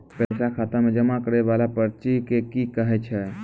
पैसा खाता मे जमा करैय वाला पर्ची के की कहेय छै?